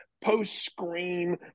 post-Scream